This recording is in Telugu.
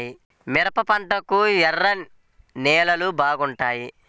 మిరప పంటకు ఎర్ర నేలలు బాగుంటాయా?